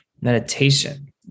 meditation